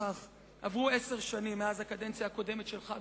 עברו עשר שנים מאז הקדנציה הקודמת שלך,